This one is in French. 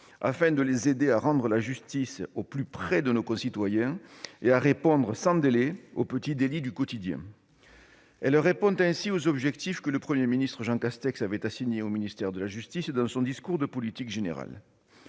afin de les aider à rendre la justice au plus près de nos concitoyens et à répondre sans délai aux petits délits du quotidien. Elle répond ainsi aux objectifs que le Premier ministre Jean Castex avait assignés au ministère de la justice dans son discours de politique générale.